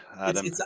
Adam